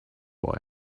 boy